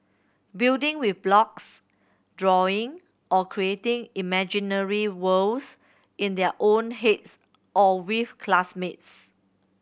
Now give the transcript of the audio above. building with blocks drawing or creating imaginary worlds in their own heads or with classmates